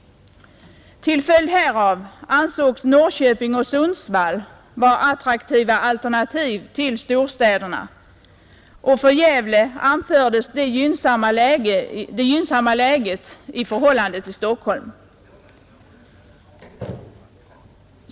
Till följd härav ansågs Norrköping och Sundsvall vara attraktiva alternativ till storstäderna, och för Gävle anfördes det gynnsamma läget i förhållande till Stockholm.